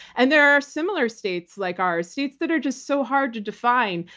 and there are similar states like ours, states that are just so hard to define,